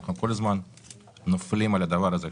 אנחנו כל הזמן נופלים על הדבר הזה.